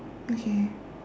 okay